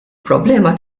problema